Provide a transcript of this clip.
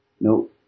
No